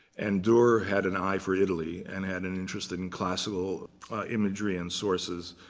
and durer had an eye for italy, and had an interest in classical imagery and sources.